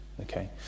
Okay